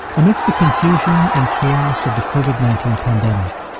amidst the confusion and chaos of the covid nineteen pandemic,